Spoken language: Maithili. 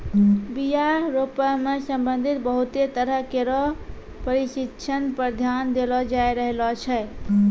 बीया रोपै सें संबंधित बहुते तरह केरो परशिक्षण पर ध्यान देलो जाय रहलो छै